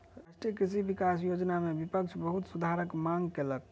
राष्ट्रीय कृषि विकास योजना में विपक्ष बहुत सुधारक मांग कयलक